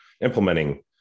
implementing